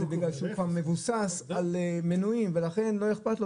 זה בגלל שהוא כבר מבוסס על מנויים ולכן לא איכפת לו